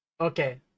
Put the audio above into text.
Okay